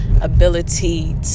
ability